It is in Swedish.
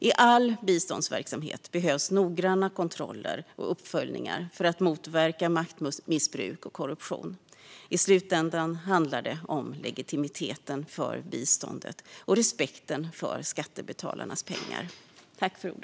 I all biståndsverksamhet behövs noggranna kontroller och uppföljningar för att motverka maktmissbruk och korruption. I slutändan handlar det om legitimiteten för biståndet och respekten för skattebetalarnas pengar.